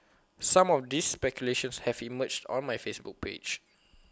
some of these speculations have emerged on my Facebook page